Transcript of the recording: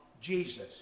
Jesus